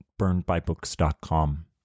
burnedbybooks.com